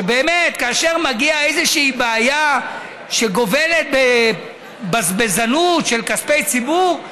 שבאמת כאשר מגיעה איזושהי בעיה שגובלת בבזבזנות של כספי ציבור,